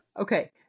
Okay